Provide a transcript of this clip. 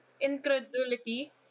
incredulity